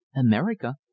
America